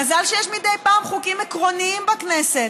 מזל שיש מדי פעם חוקים עקרוניים בכנסת,